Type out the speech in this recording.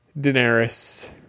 Daenerys